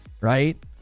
right